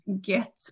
get